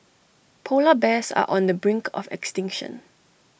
Polar Bears are on the brink of extinction